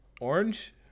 Orange